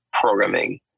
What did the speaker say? programming